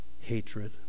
hatred